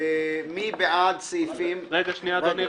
מי בעד סעיפים --- רגע, אדוני.